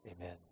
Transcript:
amen